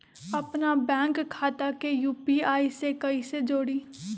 अपना बैंक खाता के यू.पी.आई से कईसे जोड़ी?